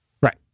Right